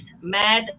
Mad